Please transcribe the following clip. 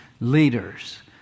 leaders